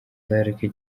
d’arc